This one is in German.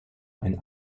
ein